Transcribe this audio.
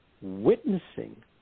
witnessing